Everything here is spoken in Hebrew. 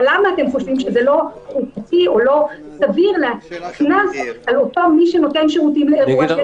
אבל למה אתם חושבים שלא סביר להטיל קנס על נותן שירותים לאירוע?